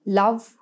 love